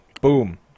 Boom